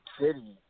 city